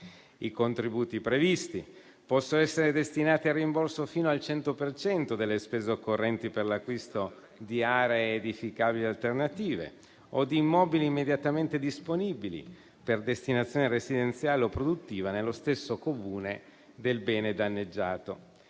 I contributi previsti possono essere destinati al rimborso fino al 100 per cento delle spese occorrenti per l'acquisto di aree edificabili alternative o di immobili immediatamente disponibili per destinazione residenziale o produttiva nello stesso Comune del bene danneggiato.